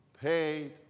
paid